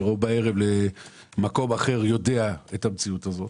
או בערב למקום אחר יודע את המציאות הזאת,